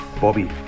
Bobby